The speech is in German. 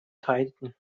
teilten